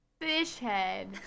Fishhead